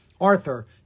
Arthur